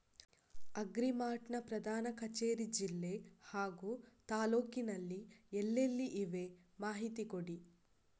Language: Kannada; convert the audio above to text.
ಅಗ್ರಿ ಮಾರ್ಟ್ ನ ಪ್ರಧಾನ ಕಚೇರಿ ಜಿಲ್ಲೆ ಹಾಗೂ ತಾಲೂಕಿನಲ್ಲಿ ಎಲ್ಲೆಲ್ಲಿ ಇವೆ ಮಾಹಿತಿ ಕೊಡಿ?